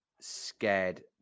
scared